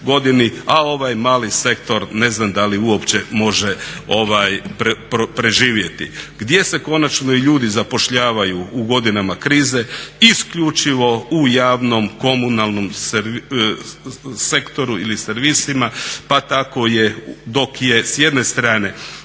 godini a ovaj mali sektor ne znam da li uopće može preživjeti. Gdje se konačno i ljudi zapošljavaju u godinama krize? Isključivo u javnom, komunalnom sektoru ili servisima. Pa tako je dok je s jedne strane